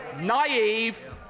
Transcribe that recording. naive